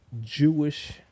Jewish